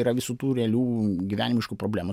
yra visų tų realių gyvenimiškų problemų